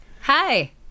Hi